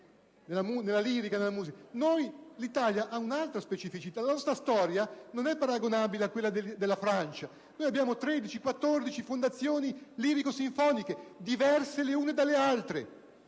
l'Italia ha un'altra specificità. La nostra storia non è paragonabile a quella della Francia, perché noi abbiamo 14 fondazioni lirico-sinfoniche, diverse le une dalle altre,